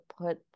put